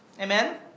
Amen